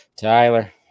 Tyler